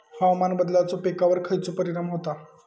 हवामान बदलाचो पिकावर खयचो परिणाम होता?